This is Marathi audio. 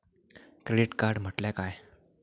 क्रेडिट कार्ड म्हटल्या काय?